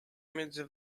między